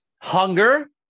Hunger